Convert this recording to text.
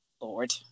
Lord